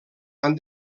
han